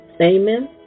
Amen